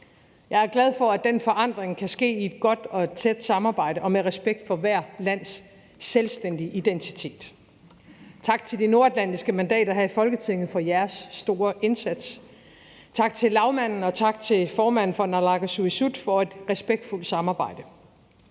Jeg er glad for, at den forandring kan ske i et godt og tæt samarbejde og med respekt for hvert lands selvstændige identitet. Tak til de nordatlantiske medlemmer her i Folketinget for jeres store indsats. Tak til lagmanden og til formanden for naalakkersuisut for et respektfuldt samarbejde.